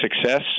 success